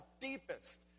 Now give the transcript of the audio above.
deepest